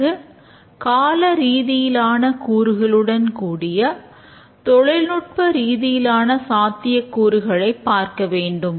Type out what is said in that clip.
பிறகு கால ரீதியிலான கூறுகளுடண் கூடிய தொழில்நுட்ப ரீதியிலான சாத்தியக்கூறுகளைப் பார்க்க வேண்டும்